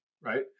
right